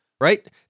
Right